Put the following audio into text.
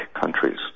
countries